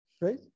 right